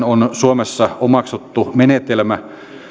on suomessa omaksuttu menetelmä